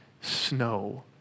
snow